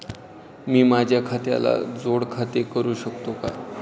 मी माझ्या खात्याला जोड खाते करू शकतो का?